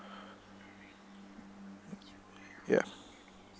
ya